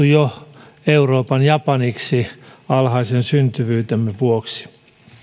jo tituleerattu euroopan japaniksi alhaisen syntyvyytemme vuoksi